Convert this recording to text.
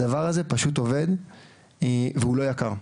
הדבר הזה פשוט עובד והוא לא יקר.